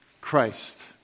Christ